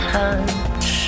touch